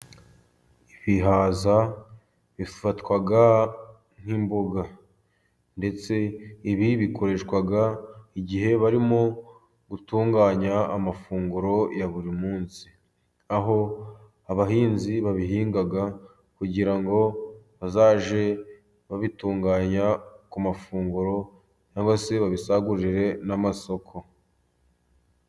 Ibihaza bifatwa nk' imboga ndetse ibi bikoreshwa igihe barimo gutunganya amafunguro ya buri munsi, aho abahinzi babihinga, kugira ngo bazajye babitunganya ku mafunguro cyangwa se babisagurire n' amasoko.